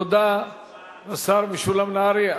תודה לשר משולם נהרי.